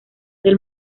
del